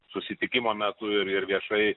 susitikimo metu ir ir viešai